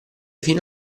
fino